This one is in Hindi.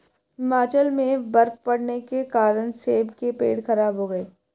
हिमाचल में बर्फ़ पड़ने के कारण सेब के पेड़ खराब हो गए